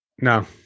no